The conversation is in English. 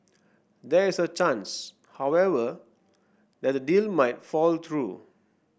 there is a chance however that the deal might fall through